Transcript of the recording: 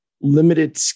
limited